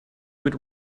would